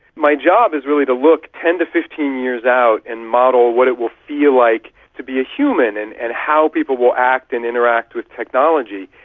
my job is really to look ten to fifteen years out and model what it will feel like to be a human, and and how people will act and interact with technology,